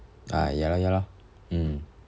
ah ya lah ya lah mm